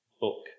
book